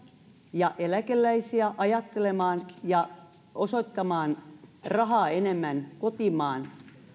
ja eläkeläisiä ajattelemaan ja osoittamaan rahaa enemmän kotimaassa